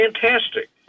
fantastic